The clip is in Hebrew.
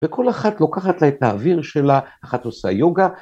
וכל אחת לוקחת לה את האוויר שלה, אחת עושה יוגה.